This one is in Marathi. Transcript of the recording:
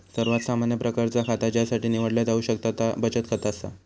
सर्वात सामान्य प्रकारचा खाता ज्यासाठी निवडला जाऊ शकता त्या बचत खाता असा